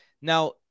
Now